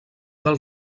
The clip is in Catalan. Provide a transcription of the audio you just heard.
del